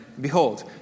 Behold